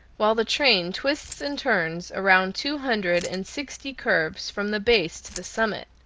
while the train twists and turns around two hundred and sixty curves from the base to the summit.